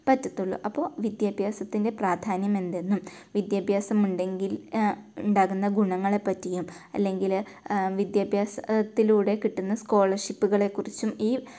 പറ്റത്തുള്ളൂ അപ്പോൾ വിദ്യാഭ്യാസത്തിൻ്റെ പ്രാധാന്യം എന്തെന്നും വിദ്യാഭ്യാസം ഉണ്ടെങ്കിൽ ഉണ്ടാകുന്ന ഗുണങ്ങളെ പറ്റിയും അല്ലെങ്കിൽ വിദ്യാഭ്യാസത്തിലൂടെ കിട്ടുന്ന സ്കോളർഷിപ്പുകളെ കുറിച്ചും ഈ